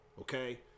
Okay